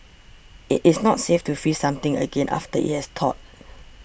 it is not safe to freeze something again after it has thawed